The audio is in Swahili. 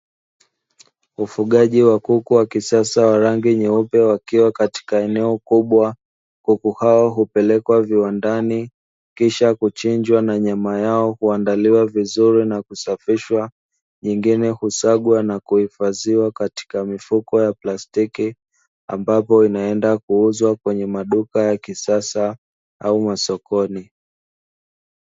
Ufugaji wa kuku wa kisasa wa rangi nyeupe wakiwa katika eneo kubwa. Kuku hao hupelekwa viwandani kisha kuchinjwa, na nyama yao huandaliwa vizuri na kusafishwa, nyingine husagwa na kuhifadhiwa katika mifuko ya plastiki ambapo inaenda kuuzwa kwenye maduka ya kisasa au masokoni.